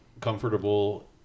comfortable